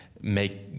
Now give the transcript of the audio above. make